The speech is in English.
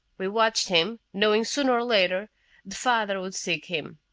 we watched him, knowing sooner or later the father would seek him.